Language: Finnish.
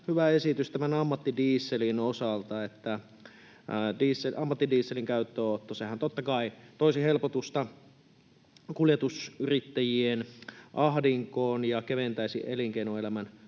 hyvä esitys tämän ammattidieselin osalta. Ammattidieselin käyttöönotto, sehän totta kai toisi helpotusta kuljetusyrittäjien ahdinkoon ja keventäisi elinkeinoelämän